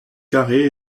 carrés